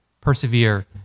persevere